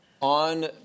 on